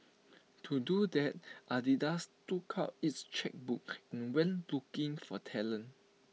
to do that Adidas took out its chequebook and went looking for talent